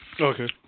Okay